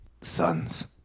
Sons